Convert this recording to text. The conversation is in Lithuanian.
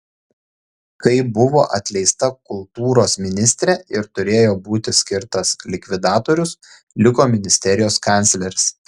kai buvo atleista kultūros ministrė ir turėjo būti skirtas likvidatorius liko ministerijos kancleris